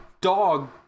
dog